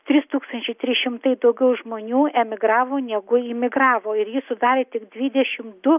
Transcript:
trys tūkstančiai trys šimtai daugiau žmonių emigravo negu imigravo ir jį sudarė tik dvidešim du